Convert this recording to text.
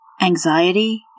Anxiety